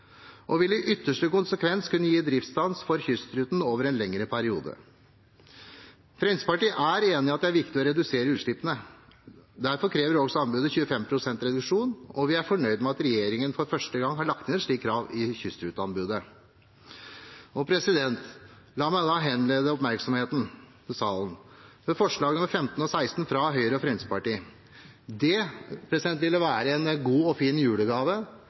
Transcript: og vil i ytterste konsekvens kunne gi driftsstans for kystruten over en lengre periode. Fremskrittspartiet er enig i at det er viktig å redusere utslippene. Derfor krever også anbudet 25 pst. reduksjon, og vi er fornøyd med at regjeringen for første gang har lagt inn et slikt krav i kystruteanbudet. La meg så henlede oppmerksomheten i salen på forslagene nr. 15 og 16, fra Høyre og Fremskrittspartiet. Det ville være en god og fin julegave